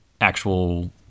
actual